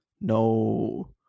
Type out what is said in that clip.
no